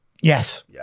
Yes